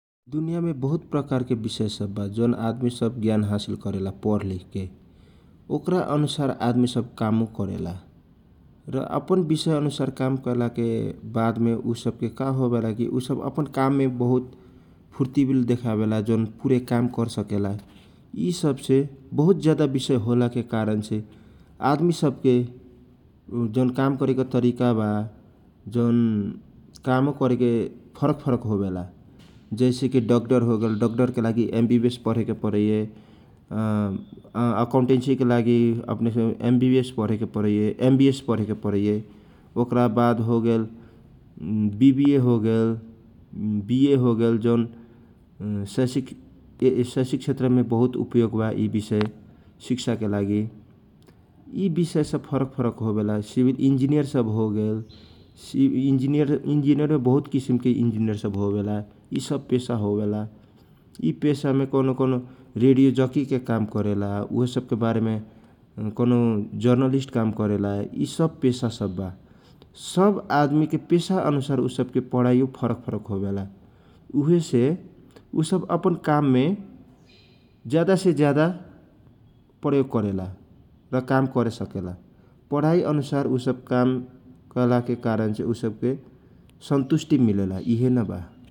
दुनिया मे बहुत प्रकारके विषय सब बा जौन आदमी ज्ञान हासिल करेला पढलिख के ओकरा अनुसार आदमी कामो करेला र अपन बिषय अनुसार काम कएलाको वादने उ सव का होवेला । अपन काम सब ने फूर्ति भी देखावेला जौनपुरे काम कर सकेला यि सबसे ज्यादा विषय होला के कारण से आदमी सब के जौन काम करेके तरिका बा जौन कामो करेके फरक फरक होवेला जैसे कि डक्टर होगेल, डक्टर के लागि एम बो बी एस पढेके परै एकान्टेसी के लागि अपने सब M B B S, M B S पढेके परै ओकरा वाद होगेल वी बी ए होगेल, बि ए होगेल जैन शैक्षिक शैक्षिक बहुत उपयोग बा यी विषय शिक्षाके लागि । यि विषयसब फरक फरक होवेला सिमिल इन्डिरिङ सब होगेल इन इनाजिरि सबने बहुत किसिमके इन्जिनियर सब होखेला भी सब पेशा होखेला । यि पेशामे कौनो कौनो रेडियो जेकिङगके काम कारेला ऊ सब के बारेमे, कौनो जर्नलिष्ट काम करेला यि सब पेशा सब वा । सब आदमीके पेशा अनुसार ऊ सबके पठाइओ फरक फरक होवेला । उहे से ऊ सब अपन अपन काममे ज्यादा से ज्यादा प्रयोग करेला । पढाई अनुसार काम कैला के कारणसे सन्तुष्टि मिलेला ।